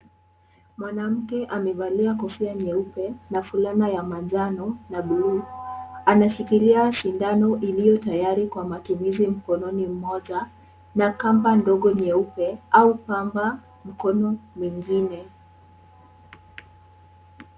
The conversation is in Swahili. Mwanamke amevalia kofia nyeupe na fulana ya manjano na bluu, anashikilia sindano iliyo tayari kwa matumizi mkononi mmoja na kamba ndogo nyeupe au pamba mkono mwingine.